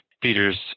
Peter's